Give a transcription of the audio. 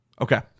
Okay